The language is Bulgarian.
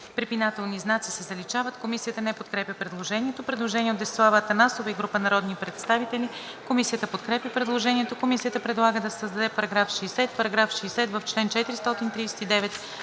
препинателни знаци се заличават.“ Комисията не подкрепя предложението. Предложение от Десислава Атанасова и група народни представители. Комисията подкрепя предложението. Комисията предлага да се създаде § 60: „§ 60. В чл. 439